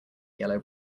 yellow